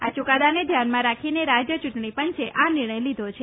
આ ચૂકાદાને ધ્યાનમાં રાખીને રાજ્ય ચૂંટણીપંચે આ નિર્ણય લીધો છે